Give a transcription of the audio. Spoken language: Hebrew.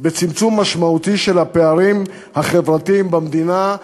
בצמצום משמעותי של הפערים החברתיים במדינה,